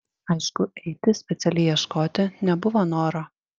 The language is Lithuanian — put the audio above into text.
aišku eiti specialiai ieškoti nebuvo noro